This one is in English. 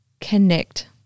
connect